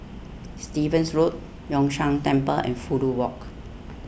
Stevens Road Yun Shan Temple and Fudu Walk